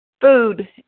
food